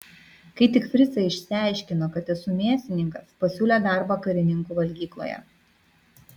kai tik fricai išsiaiškino kad esu mėsininkas pasiūlė darbą karininkų valgykloje